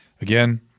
Again